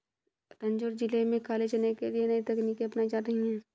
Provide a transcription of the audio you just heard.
तंजौर जिले में काले चने के लिए नई तकनीकें अपनाई जा रही हैं